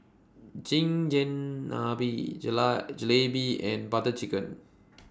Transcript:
Chigenabe Jalebi and Butter Chicken